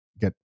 get